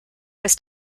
was